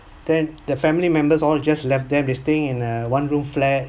then the family members all just left them they staying in a one room flat